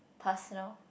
personal